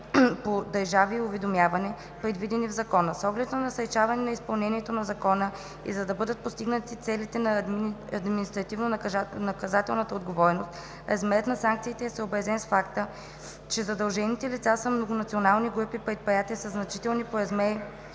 по държави и уведомяване, предвидени в закона. С оглед насърчаването на изпълнението на Закона и за да бъдат постигнати целите на административнонаказателната отговорност, размерът на санкциите е съобразен с факта, че задължените лица са многонационални групи предприятия със значителни по размер